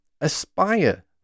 aspire